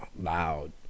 loud